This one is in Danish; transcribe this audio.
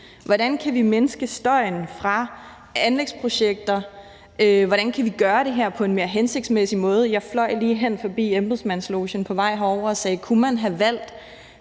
Hvordan kan vi mindske støjen fra anlægsprojekter, og hvordan kan vi gøre det her på en mere hensigtsmæssig måde? Jeg fløj lige hen forbi embedsmandslogen på vej herover og spurgte, om man kunne have valgt